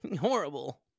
Horrible